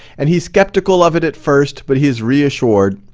and he's skeptical of it at first, but he's reassured.